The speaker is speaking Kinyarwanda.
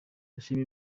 ndashima